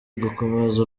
ugukomeza